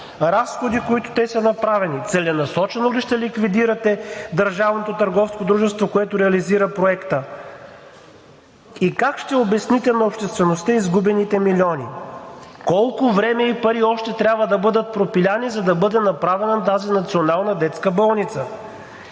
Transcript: разходи, които са направили? Целенасочено ли ще ликвидирате държавното търговско дружество, което реализира проекта? Как ще обясните на обществеността изгубените милиони? Колко време и пари още трябва да бъдат пропилени, за да бъде направена тази национална детска болница?